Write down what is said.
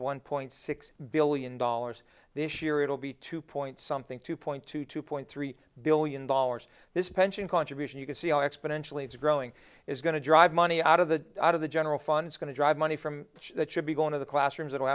one point six billion dollars this year it'll be two point something two point two two point three billion dollars this pension contribution you can see how exponentially it's growing is going to drive money out of the out of the general fund is going to drive money from that should be going to the classrooms th